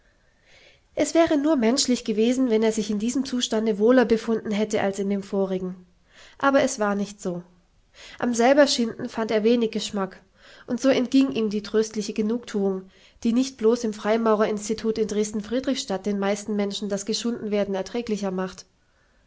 es wäre nur menschlich gewesen wenn er sich in diesem zustande wohler befunden hätte als in dem vorigen aber es war nicht so am selberschinden fand er wenig geschmack und so entging ihm die tröstliche genugthuung die nicht blos im freimaurerinstitut in dresden friedrichstadt den meisten menschen das geschundenwerden erträglicher macht